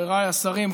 חבריי השרים,